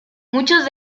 muchos